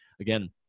again